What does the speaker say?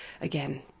again